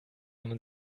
wenn